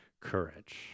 courage